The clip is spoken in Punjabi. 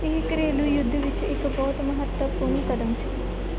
ਇਹ ਘਰੇਲੂ ਯੁੱਧ ਵਿੱਚ ਇੱਕ ਬਹੁਤ ਮਹੱਤਵਪੂਰਨ ਕਦਮ ਸੀ